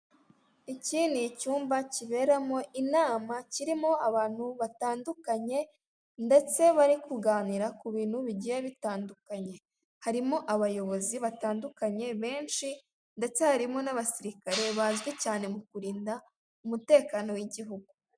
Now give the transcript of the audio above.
Iki ni icyumba kiberamo inama kirimo abantu batandukanye ndetse bari kuganira ku bintu bigiye bitandukanye, harimo abayobozi batandukanye benshi ndetse harimo n'abasirikare bazwi cyane mu kurinda umutekano w'igihugu.